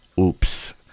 oops